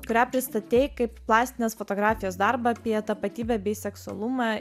kurią pristatei kaip plastinės fotografijos darbą apie tapatybę bei seksualumą